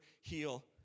heal